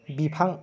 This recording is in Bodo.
बिफां